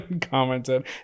commented